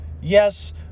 yes